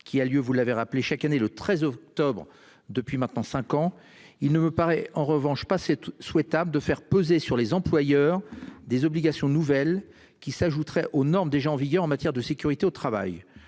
qui a lieu, vous l'avez rappelé chaque année le 13 octobre depuis maintenant 5 ans, il ne me paraît en revanche pas c'est tout souhaitable de faire peser sur les employeurs des obligations nouvelles qui s'ajouteraient aux normes déjà en vigueur en matière de sécurité au travail.